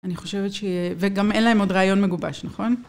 אני חושבת ש... וגם אין להם עוד רעיון מגובש, נכון?